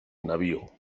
navío